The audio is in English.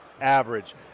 average